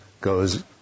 goes